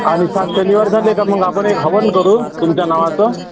आणि सात शनिवार झाले का मग आपण एक हवन करू तुमच्या नावाचं